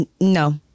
No